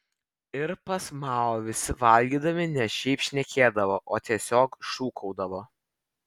ir pas mao visi valgydami ne šiaip šnekėdavo o tiesiog šūkaudavo